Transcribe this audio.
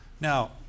Now